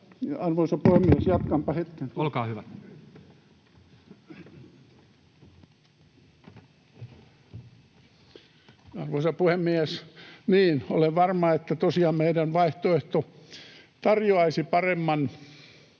Arvoisa puhemies, jatkanpa hetken. [Puhuja siirtyy puhujakorokkeelle] Arvoisa puhemies! Olen varma, että tosiaan meidän vaihtoehto tarjoaisi paremman